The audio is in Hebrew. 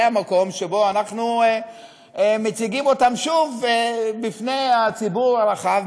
זה המקום שבוא אנחנו מציגים אותן שוב בפני הציבור הרחב,